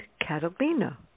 Catalina